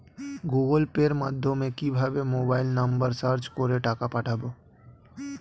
Google পের মাধ্যমে কিভাবে মোবাইল নাম্বার সার্চ করে টাকা পাঠাবো?